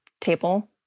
table